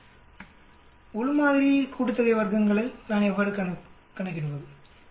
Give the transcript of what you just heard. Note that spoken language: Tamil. வர்க்கங்களின் உள் மாதிரி கூட்டுத்தொகையை நான் எவ்வாறு கணக்கிடுவது